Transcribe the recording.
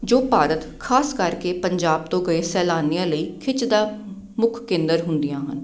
ਜੋ ਭਾਰਤ ਖਾਸ ਕਰਕੇ ਪੰਜਾਬ ਤੋਂ ਗਏ ਸੈਲਾਨੀਆਂ ਲਈ ਖਿੱਚ ਦਾ ਮੁੱਖ ਕੇਂਦਰ ਹੁੰਦੀਆਂ ਹਨ